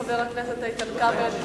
חבר הכנסת איתן כבל?